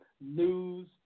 news